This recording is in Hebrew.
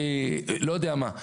לא יודע מה.